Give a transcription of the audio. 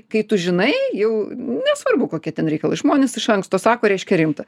kai tu žinai jau nesvarbu kokie ten reikalai žmonės iš anksto sako reiškia rimta